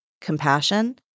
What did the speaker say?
compassion